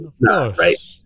Right